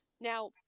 Now